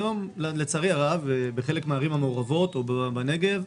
היום לצערי הרב, בחלק מהערים המעורבות או בנגב,